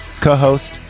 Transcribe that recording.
co-host